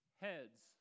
heads